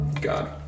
God